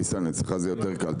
ניסן אצלך זה יותר קל,